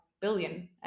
billion